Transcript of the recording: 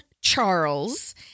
Charles